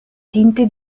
tinte